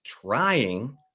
trying